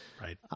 Right